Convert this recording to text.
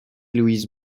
louise